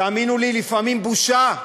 תאמינו לי, לפעמים בושה,